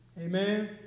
Amen